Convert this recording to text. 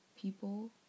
people